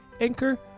Anchor